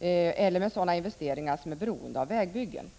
eller med sådana investeringar som är beroende av vägbyggen.